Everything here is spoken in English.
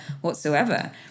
whatsoever